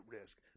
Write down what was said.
risk